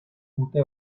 urte